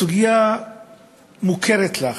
הסוגיה מוכרת לך,